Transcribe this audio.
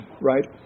right